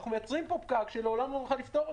אנחנו מייצרים פה פקק שלעולם לא נוכל לפתור.